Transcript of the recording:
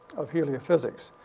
of heliophysics.